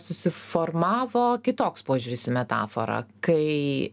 susiformavo kitoks požiūris į metaforą kai